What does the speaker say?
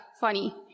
funny